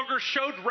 showed